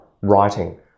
writing